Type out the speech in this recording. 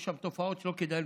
יש שם תופעות שלא כדאי ללמוד.